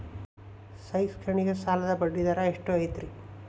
ಶೈಕ್ಷಣಿಕ ಸಾಲದ ಬಡ್ಡಿ ದರ ಎಷ್ಟು ಐತ್ರಿ?